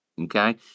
Okay